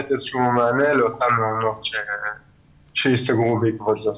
לתת איזשהו מענה לאותם מעונות שייסגרו בעקבות זאת.